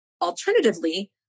alternatively